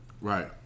Right